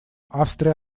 австрия